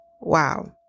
wow